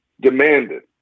demanded